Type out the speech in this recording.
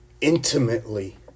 intimately